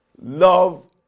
love